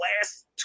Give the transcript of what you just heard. last